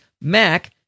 mac